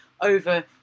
over